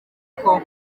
uko